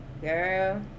girl